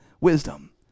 wisdom